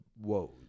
woes